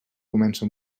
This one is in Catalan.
comença